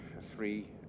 three